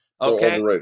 Okay